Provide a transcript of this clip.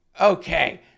okay